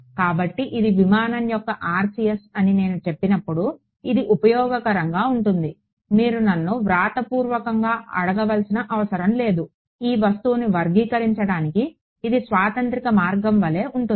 కాబట్టి ఇది విమానం యొక్క RCS అని నేను చెప్పినప్పుడు ఇది ఉపయోగకరంగా ఉంటుంది మీరు నన్ను వ్రాతపూర్వకంగా అడగవలసిన అవసరం లేదు ఈ వస్తువును వర్గీకరించడానికి ఇది సార్వత్రిక మార్గం వలె ఉంటుంది